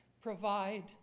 provide